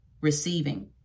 receiving